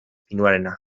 pinuarena